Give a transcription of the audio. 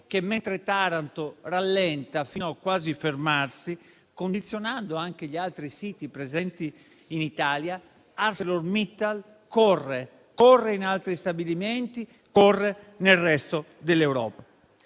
che, mentre Taranto rallenta fino a quasi fermarsi, condizionando anche gli altri siti presenti in Italia, ArcelorMittal corre in altri stabilimenti e nel resto d'Europa.